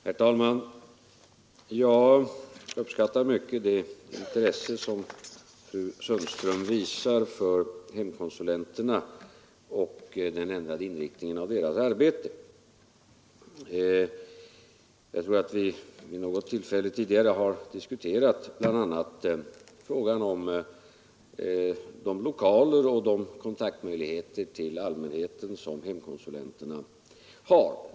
Herr talman! Jag uppskattar mycket det intresse som fru Sundström visar för hemkonsulenterna och den ändrade inriktningen av deras arbete. Jag tror att vi vid något tillfälle tidigare har diskuterat bl.a. frågan om de lokaler och de möjligheter till kontakt med allmänheten som hemkonsulenterna har.